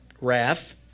wrath